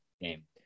game